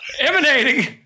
emanating